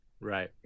Right